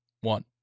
One